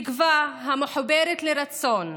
תקווה המחוברת לרצון,